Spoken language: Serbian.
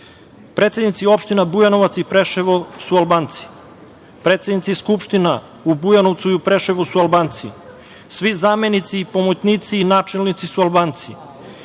Predsednici opština Bujanovac i Preševo su Albanci. Predsednici skupština u Bujanovcu i u Preševu su Albanci. Svi zamenici, pomoćnici i načelnici su Albanci.